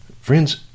Friends